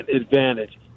advantage